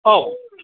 औ